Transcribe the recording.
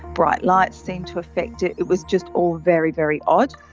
bright lights seemed to affect it, it was just all very, very odd.